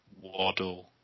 Waddle